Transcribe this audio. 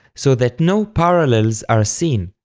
so that no parallels are ah seen,